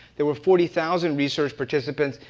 there were forty thousand research participants.